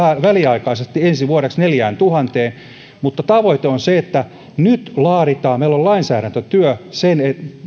väliaikaisesti ensi vuodeksi neljääntuhanteen mutta tavoite on se meillä laaditaan lainsäädäntöä sen